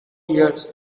years